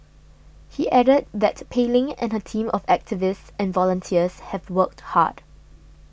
he added that Pei Ling and her team of activists and volunteers have worked hard